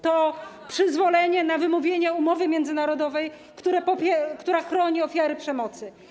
to przyzwolenie na wymówienie umowy międzynarodowej, która chroni ofiary przemocy.